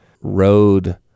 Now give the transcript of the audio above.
road